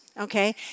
okay